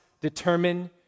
determine